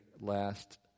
last